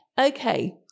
Okay